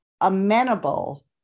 amenable